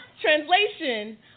Translation